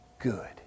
good